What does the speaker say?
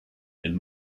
and